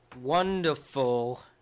wonderful